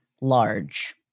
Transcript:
large